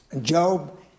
Job